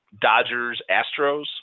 Dodgers-Astros